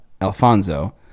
Alfonso